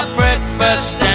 breakfast